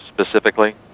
specifically